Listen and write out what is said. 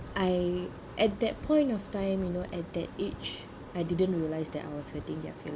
I at that point of time you know at that age I didn't realize that I was hurting their feeling